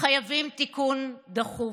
חייבים תיקון דחוף,